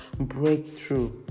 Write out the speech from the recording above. breakthrough